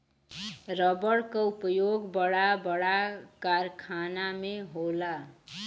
रबड़ क उपयोग बड़ा बड़ा कारखाना में होला